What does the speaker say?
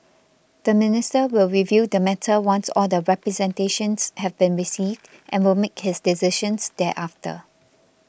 the minister will review the matter once all the representations have been received and will make his decisions thereafter